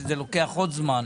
שזה לוקח עוד זמן.